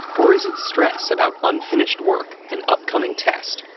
or is it stress about unfinished work, an upcoming test,